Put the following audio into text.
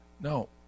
No